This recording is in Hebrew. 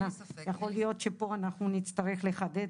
יכול להיות שפה אנחנו נצטרך לחדד.